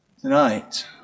Tonight